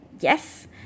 yes